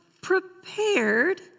prepared